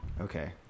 Okay